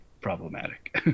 problematic